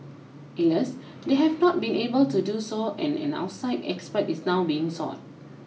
Alas they have not been able to do so and an outside expert is now being sought